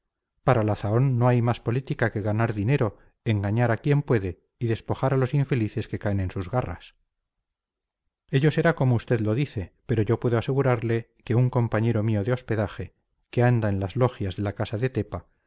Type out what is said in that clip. para la zahón no hay más política que ganar dinero engañar a quien puede y despojar a los infelices que caen en sus garras ello será como usted lo dice pero yo puedo asegurarle que un compañero mío de hospedaje que anda en las logias de la